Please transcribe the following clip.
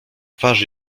twarz